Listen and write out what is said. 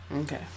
Okay